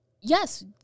Yes